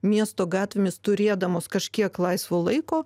miesto gatvėmis turėdamos kažkiek laisvo laiko